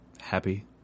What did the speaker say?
Happy